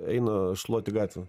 eina šluoti gatvių